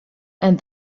and